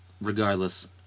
regardless